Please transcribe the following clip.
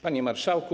Panie Marszałku!